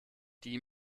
die